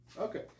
Okay